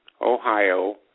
Ohio